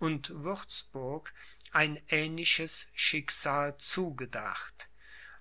und würzburg ein ähnliches schicksal zugedacht